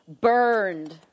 burned